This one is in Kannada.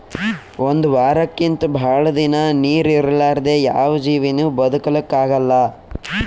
ಒಂದ್ ವಾರಕ್ಕಿಂತ್ ಭಾಳ್ ದಿನಾ ನೀರ್ ಇರಲಾರ್ದೆ ಯಾವ್ ಜೀವಿನೂ ಬದಕಲಕ್ಕ್ ಆಗಲ್ಲಾ